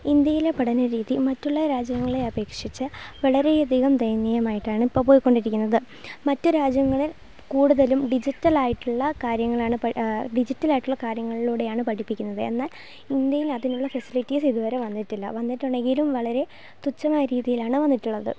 ഇന്ത്യയിലെ പഠനരീതി മറ്റുള്ള രാജ്യങ്ങളെ അപേക്ഷിച്ച് വളരെയധികം ദയനീയമായിട്ടാണ് ഇപ്പോൾ പോയിക്കൊണ്ടിരിക്കുന്നത് മറ്റു രാജ്യങ്ങളിൽ കൂടുതലും ഡിജിറ്റലായിട്ടുള്ള കാര്യങ്ങളാണ് ഡിജിറ്റലായിട്ടുള്ള കാര്യങ്ങളിലൂടെയാണ് പഠിപ്പിക്കുന്നത് എന്നാൽ ഇന്ത്യയിൽ അതിനുള്ള ഫെസിലിറ്റീസ് ഇതുവരെ വന്നിട്ടില്ല വന്നിട്ടുണ്ടെങ്കിലും വളരെ തുച്ഛമായ രീതിയിലാണ് വന്നിട്ടുള്ളത്